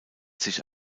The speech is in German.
sich